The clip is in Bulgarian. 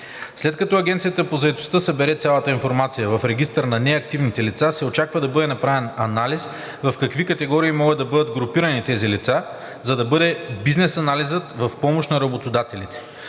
След като Агенцията по заетостта събере цялата информация в регистър на неактивните лица, се очаква да бъде направен анализ в какви категории могат да бъдат групирани тези лица, за да бъде бизнес анализът в помощ на работодателите.